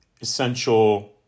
essential